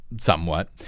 somewhat